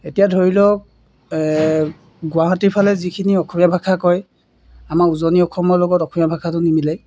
এতিয়া ধৰি লওক গুৱাহাটীৰ ফালে যিখিনি অসমীয়া ভাষা কয় আমাৰ উজনি অসমৰ লগত অসমীয়া ভাষাটো নিমিলে